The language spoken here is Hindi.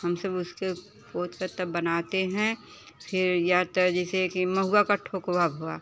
हम सब उसके वो होता है तब बनाते हैं फिर या तो जैसे कि महुआ का ठोकवा भवा